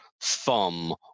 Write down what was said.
thumb